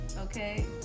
okay